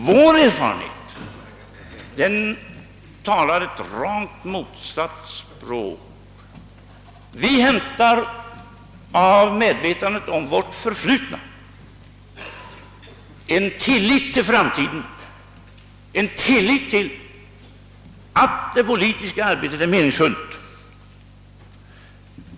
Vår erfarenhet talar ett rakt motsatt språk. Vi hämtar ur medvetandet om vårt förflutna en tillit till framtiden och till att det politiska arbetet är meningsfullt.